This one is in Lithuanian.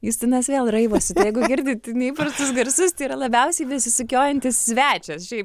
justinas vėl raivosi tai jeigu girdit neįprastus garsus tai yra labiausiai besisukiojantis svečias šiaip